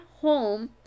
home